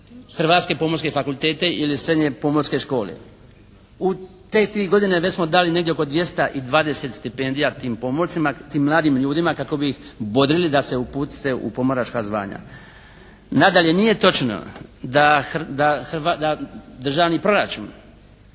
hrvatske pomorske fakultete ili srednje pomorske škole. U te tri godine već smo dali negdje oko 220 stipendija tim pomorcima, tim mladim ljudima kako bi ih bodrili da se upuste u pomoračka zvanja. Nadalje nije točno da državni proračun